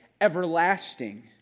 everlasting